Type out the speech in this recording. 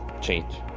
change